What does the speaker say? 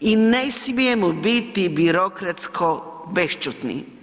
i ne smijemo biti birokratsko bešćutni.